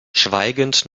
schweigend